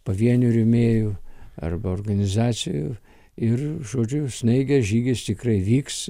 pavienių rėmėjų arba organizacijų ir žodžiu snaigės žygis tikrai vyks